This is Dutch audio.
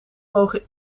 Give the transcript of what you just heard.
mogen